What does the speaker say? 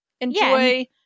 enjoy